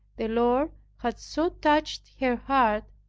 the lord had so touched her heart,